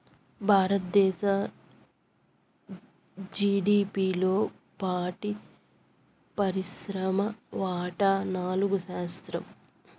భారతదేశ జిడిపిలో పాడి పరిశ్రమ వాటా నాలుగు శాతం